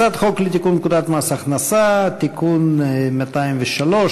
הצעת חוק לתיקון פקודת מס הכנסה (מס' 203),